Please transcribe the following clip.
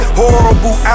horrible